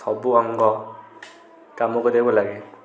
ସବୁ ଅଙ୍ଗ କାମ କରିବାକୁ ଲାଗେ